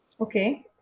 Okay